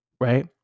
right